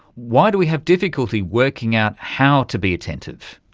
why do we have difficulty working out how to be attentive?